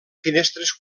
finestres